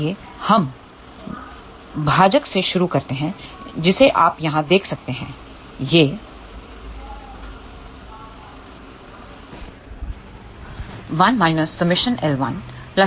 आइए हम भाजक से शुरू करते हैं जिसे आप यहां देख सकते हैं यह 1 ⅀L ⅀⅀ है